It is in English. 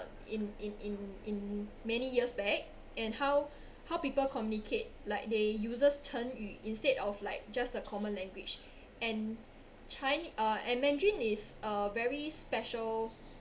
in in in in many years back and how how people communicate like they uses 成语 instead of like just the common language and chi~ uh and mandarin is a very special